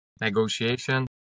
negotiation